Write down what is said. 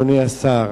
אדוני השר,